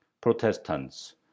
Protestants